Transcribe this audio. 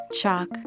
Chalk